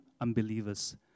unbelievers